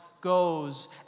goes